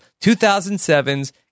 2007's